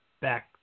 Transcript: back